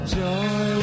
joy